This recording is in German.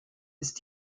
ist